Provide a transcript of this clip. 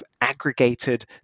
aggregated